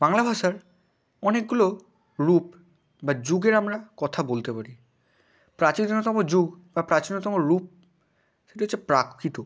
বাংলা ভাষার অনেকগুলো রূপ বা যুগের আমরা কথা বলতে পারি প্রাচীনতম যুগ বা প্রাচীনতম রূপ সেটি হচ্ছে প্রাকৃত